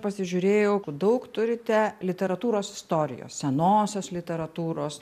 pasižiūrėjau daug turite literatūros istorijos senosios literatūros